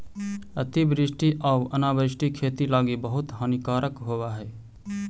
अतिवृष्टि आउ अनावृष्टि खेती लागी बहुत हानिकारक होब हई